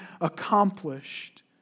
accomplished